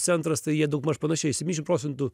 centras tai jie daugmaž panašiai septyniasdešim procentų